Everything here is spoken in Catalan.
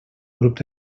grup